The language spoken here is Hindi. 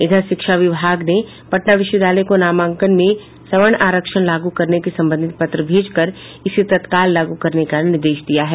इधर शिक्षा विभाग ने पटना विश्वविद्यालय को नामांकन में सवर्ण आरक्षण लागू करने से संबंधित पत्र भेजकर इसे तत्काल लागू करने का निर्देश दिया है